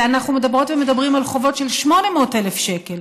אנחנו מדברות ומדברים על חובות של 800,000 שקל,